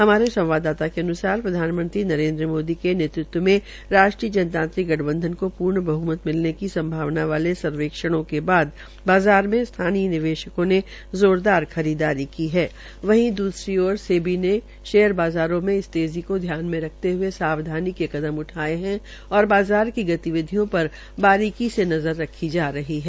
हमारे संवाददाता के अनुसार प्रधानमंत्री नरेन्द्र मोदी के नेतृत्व मे राष्ट्रीय जनतांत्रिक गठबंधन को पूर्ण बहमत मिलने की संभावना वाले सर्वेक्षणों के बाद बाज़ार में स्थानीय निवेशकों ने जोरदार खरीददारी की है वहीं द्सरी ओर सेबी ने शेयर बाज़ारों मे इस तेज़ी को ध्यान मे रखते हये सावधानी के कदम उठाये है और बाज़ार की गतिविधियां की बारीकी से नज़र रखी जा रही है